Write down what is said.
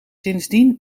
sindsdien